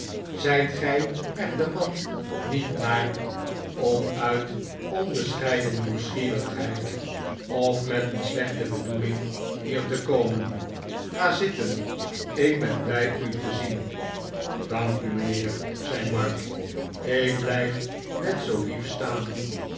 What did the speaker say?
zijt gij er de man niet naar om uit onbescheiden nieuwsgierigheid of met een slechte bedoeling hier te komen ga zitten ik ben blij u te zien dank u mijnheer zei mark ik blijf net zoo lief staan